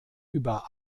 über